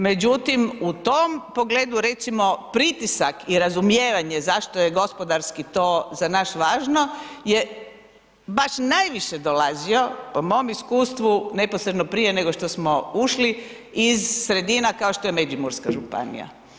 Međutim u tom pogledu recimo pritisak i razumijevanje zašto je gospodarski to za nas važno je baš najviše dolazio po mom iskustvu neposredno prije nego što smo ušli, iz sredina kao što je Međimurska županija.